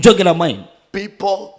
People